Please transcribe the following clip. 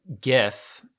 GIF